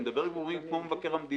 אני מדבר על גורמים כמו מבקר המדינה.